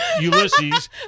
Ulysses